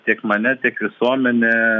tiek mane tiek visuomenę